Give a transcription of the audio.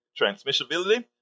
transmissibility